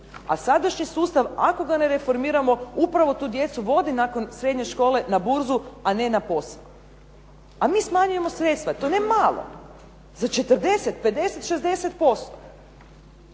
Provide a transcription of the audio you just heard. A sadašnji sustav ako ga ne reformiramo upravo tu djecu vodi nakon srednje škole na burzu a ne na posao. A mi smanjujemo sredstva i to ne malo, za 40, 50, 60%